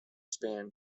span